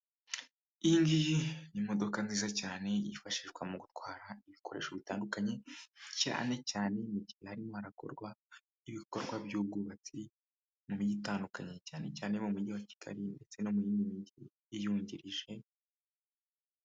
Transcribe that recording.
Iyi ngiyi ni modokadoka nziza cyane yifashishwa mu gutwara ibikoresho bitandukanye cyane cyane mu gihe harimo harakorwa ibikorwa by'ubwubatsi mu migi itandukanye cyane cyane mu mujyi wa Kigali ndetse no mu y'indi mijyi yungirije.